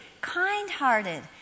kind-hearted